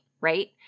right